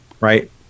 right